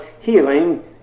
healing